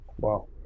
Wow